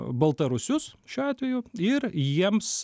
baltarusius šiuo atveju ir jiems